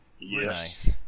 Yes